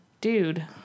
Dude